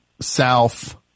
south